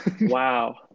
wow